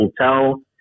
hotel